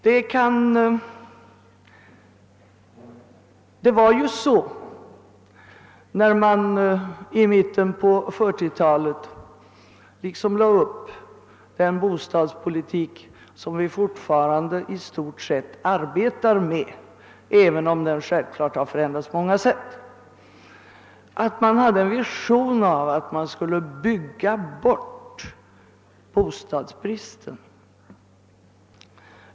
När man i mitten på 1940-talet lade upp den bostadspolitik som vi fortfarande i stort sett arbetar efter även om den självfallet förändrats på många sätt — hade man en vision av att man skulle bygga bort bostadsbristen.